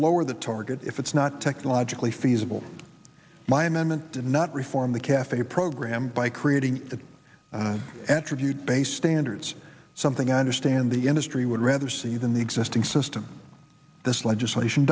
lower the target if it's not technologically feasible my amendment did not reform the cafe program by creating the attribute based standards something i understand the industry would rather see than the existing system this legislation